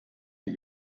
die